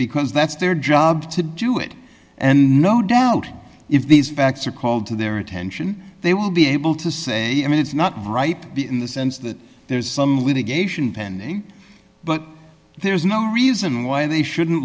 because that's their job to do it and no doubt if these facts are called to their attention they will be able to say i mean it's not right in the sense that there's some litigation pending but there's no reason why they shouldn't